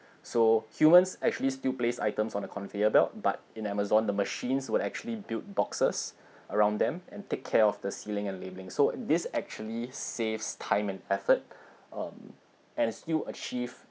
so humans actually still place items on the conveyor belt but in Amazon the machines would actually build boxes around them and take care of the sealing and labelling so this actually saves time and effort um as you achieve